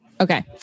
Okay